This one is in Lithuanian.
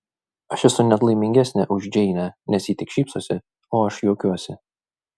aš esu net laimingesnė už džeinę nes ji tik šypsosi o aš juokiuosi